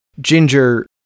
ginger